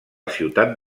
ciutat